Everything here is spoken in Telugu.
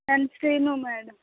ఎన్ శ్రీను మేడం